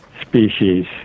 species